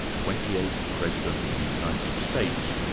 twenty eighth president of the united states,